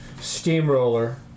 Steamroller